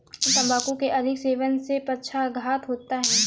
तंबाकू के अधिक सेवन से पक्षाघात होता है